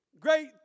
Great